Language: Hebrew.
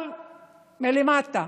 אבל מלמטה,